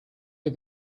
der